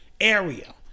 Area